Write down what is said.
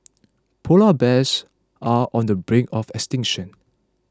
Polar Bears are on the brink of extinction